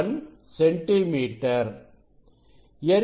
001 centimetre